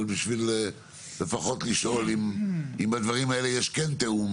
בשביל לפחות לשאול אם בדברים האלה יש כן תיאום